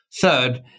Third